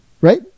right